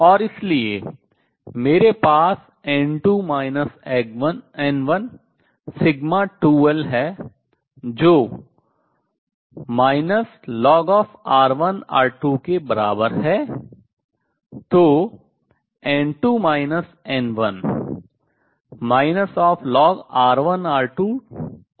और इसलिए मेरे पास n2 n1σ2l है जो lnR1R2 के बराबर है